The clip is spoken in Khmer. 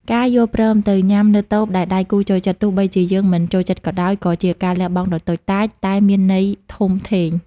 ការយល់ព្រមទៅញ៉ាំនៅតូបដែលដៃគូចូលចិត្ត ទោះបីជាយើងមិនសូវចូលចិត្តក៏ដោយ គឺជាការលះបង់ដ៏តូចតាចតែមានន័យធំធេង។